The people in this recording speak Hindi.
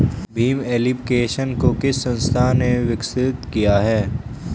भीम एप्लिकेशन को किस संस्था ने विकसित किया है?